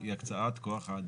היא הקצאת כוח האדם.